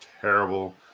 terrible